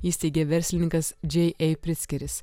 įsteigė verslininkas džei ei pritzkeris